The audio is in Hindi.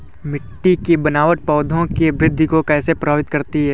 मिट्टी की बनावट पौधों की वृद्धि को कैसे प्रभावित करती है?